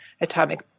atomic